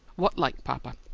what like, papa?